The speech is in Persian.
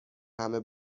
همه